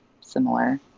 similar